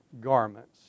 garments